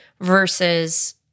versus